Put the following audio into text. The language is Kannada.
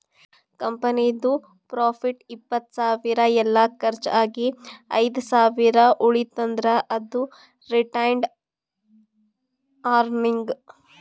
ಕಂಪನಿದು ಪ್ರಾಫಿಟ್ ಇಪ್ಪತ್ತ್ ಸಾವಿರ ಎಲ್ಲಾ ಕರ್ಚ್ ಆಗಿ ಐದ್ ಸಾವಿರ ಉಳಿತಂದ್ರ್ ಅದು ರಿಟೈನ್ಡ್ ಅರ್ನಿಂಗ್